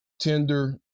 tender